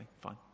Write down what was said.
fine